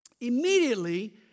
Immediately